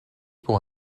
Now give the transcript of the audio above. pour